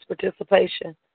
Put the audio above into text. participation